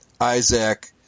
Isaac